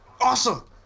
awesome